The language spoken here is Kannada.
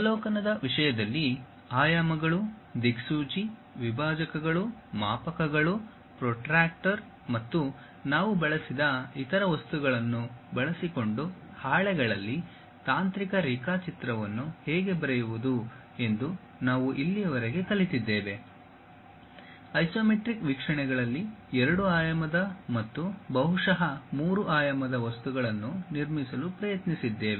ಅವಲೋಕನದ ವಿಷಯದಲ್ಲಿ ಆಯಾಮಗಳು ದಿಕ್ಸೂಚಿ ವಿಭಾಜಕಗಳು ಮಾಪಕಗಳು ಪ್ರೊಟ್ರಾಕ್ಟರ್ ಮತ್ತು ನಾವು ಬಳಸಿದ ಇತರ ವಸ್ತುಗಳನ್ನು ಬಳಸಿಕೊಂಡು ಹಾಳೆಗಳಲ್ಲಿ ತಾಂತ್ರಿಕ ರೇಖಾಚಿತ್ರವನ್ನು ಹೇಗೆ ಬರೆಯುವುದು ಎಂದು ನಾವು ಇಲ್ಲಿಯವರೆಗೆ ಕಲಿತಿದ್ದೇವೆ ಐಸೊಮೆಟ್ರಿಕ್ ವೀಕ್ಷಣೆಗಳಲ್ಲಿ ಎರಡು ಆಯಾಮದ ಮತ್ತು ಬಹುಶಃ ಮೂರು ಆಯಾಮದ ವಸ್ತುಗಳನ್ನು ನಿರ್ಮಿಸಲು ಪ್ರಯತ್ನಿಸಿದ್ದೇವೆ